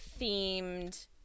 themed